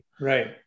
Right